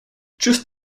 just